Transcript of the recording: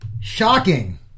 Shocking